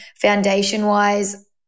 foundation-wise